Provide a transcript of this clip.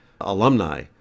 alumni